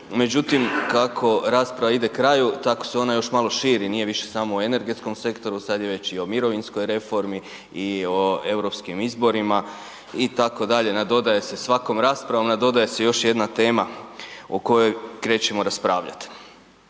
međutim kako rasprava ide kraju, tako se ona još malo širi, nije više samo o energetskom sektoru, sad je već i o mirovinskoj reformi i o europskim izborima itd., nadodaje se svakom raspravom, nadodaje se još jedna tema o kojoj krećemo raspravljati.